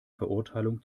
verurteilung